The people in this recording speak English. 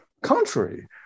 contrary